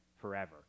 forever